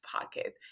pocket